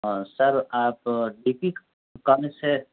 ہاں سر آپ ڈیپیک سے